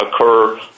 occur